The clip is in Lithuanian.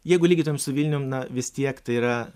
jeigu lygintum su vilnium na vis tiek tai yra